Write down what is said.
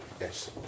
Yes